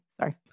Sorry